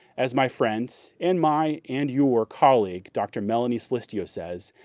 as my friend, and my and your colleague, dr. melanie sulistio says,